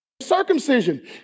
Circumcision